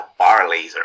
Barlaser